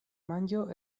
manĝo